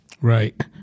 Right